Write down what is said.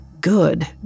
Good